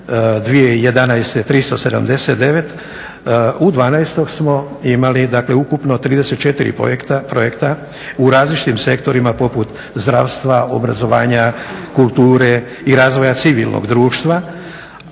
U 2012.smo imali ukupno 34 projekta u različitim sektorima poput zdravstva, obrazovanja, kulture i razvoja civilnog društva,